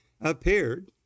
appeared